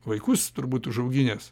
vaikus turbūt užauginęs